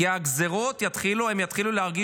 כי הגזרות יתחילו.